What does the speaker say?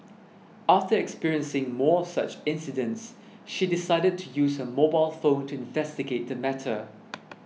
after experiencing more of such incidents she decided to use her mobile phone to investigate the matter